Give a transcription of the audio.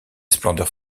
splendeurs